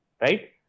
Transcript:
right